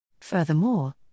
Furthermore